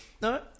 No